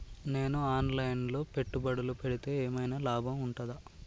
నేను online లో పెట్టుబడులు పెడితే ఏమైనా లాభం ఉంటదా?